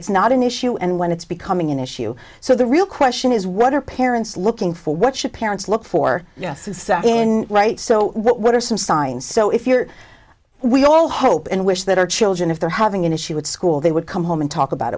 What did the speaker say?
it's not an issue and when it's becoming an issue so the real question is what are parents looking for what should parents look for in right so what are some signs so if you're we all hope and wish that our children if they're having an issue would school they would come home and talk about